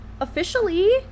officially